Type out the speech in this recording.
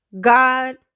God